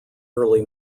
early